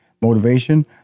motivation